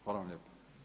Hvala vam lijepa.